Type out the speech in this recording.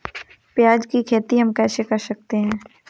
प्याज की खेती हम कैसे कर सकते हैं?